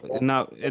now